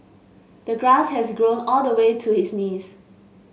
the grass had grown all the way to his knees